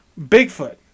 Bigfoot